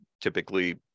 typically